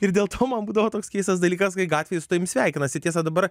ir dėl to man būdavo toks keistas dalykas kai gatvėj su tavim sveikinasi tiesa dabar